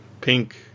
pink